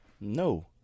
No